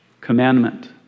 commandment